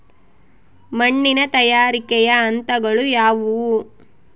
ಮಣ್ಣಿನ ತಯಾರಿಕೆಯ ಹಂತಗಳು ಯಾವುವು?